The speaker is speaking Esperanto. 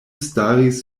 staris